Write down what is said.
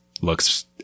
looks